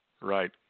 right